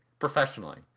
Professionally